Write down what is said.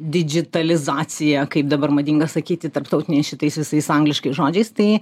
didžitalizacija kaip dabar madinga sakyti tarptautiniais šitais visais angliškais žodžiais tai